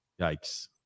Yikes